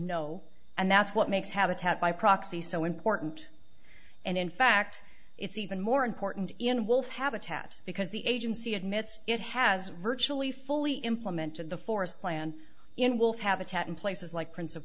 no and that's what makes habitat by proxy so important and in fact it's even more important in wealth habitat because the agency admits it has virtually fully implemented the forest plan in wolf habitat in places like prince of